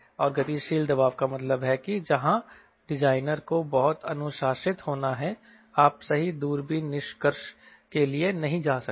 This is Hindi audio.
और गतिशील दबाव का मतलब है कि जहां डिजाइनर को बहुत अनुशासित होना है आप सही दूरबीन निष्कर्ष के लिए नहीं जा सकते